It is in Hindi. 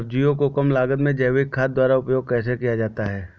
सब्जियों को कम लागत में जैविक खाद द्वारा उपयोग कैसे किया जाता है?